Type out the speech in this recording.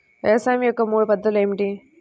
వ్యవసాయం యొక్క మూడు పద్ధతులు ఏమిటి?